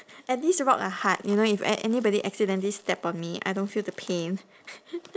at least rock are hard you know if a~ anybody accidentally step on me I don't feel the pain